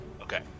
Okay